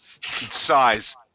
Size